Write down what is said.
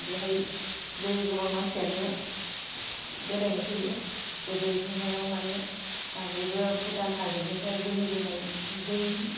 बेहाय बो गोबां मासियानो बेरायनो फैयो बे दैजिमायाव माने बेबो भुतान हाजोनिफ्राय बोहैबोनाय दै